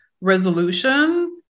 resolution